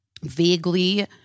vaguely